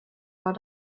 war